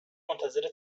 منتظر